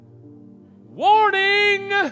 Warning